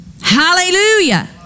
Hallelujah